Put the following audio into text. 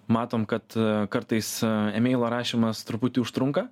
matom kad kartais emeilo rašymas truputį užtrunka